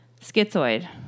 Schizoid